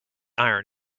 iron